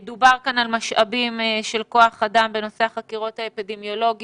דובר כאן על משאבים של כוח אדם בנושא החקירות האפידמיולוגיות.